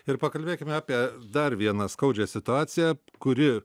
ir pakalbėkime apie dar vieną skaudžią situaciją kuri